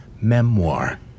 memoir